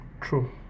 True